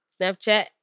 Snapchat